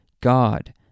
God